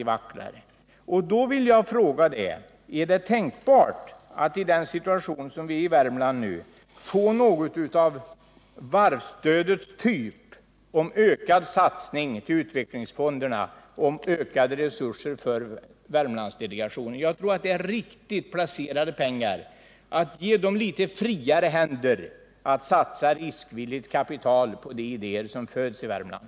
Jag vill i detta sammanhang återkomma till den konkreta fråga som jag ställde till Rolf Wirtén: Är det tänkbart att vi i den situation som Värmland nu befinner sig i får något stöd av varvstödstyp för ökad satsning på utvecklingsfonderna och ökade resurser åt Värmlandsdelegationen. Jag tror att det är rätt placerade pengar och att det är riktigt att ge Värmlandsdelegationen och utvecklingsfonden litet friare händer, så att man kan satsa riskvilligt kapital på de idéer som föds i Värmland.